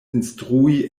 instrui